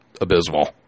abysmal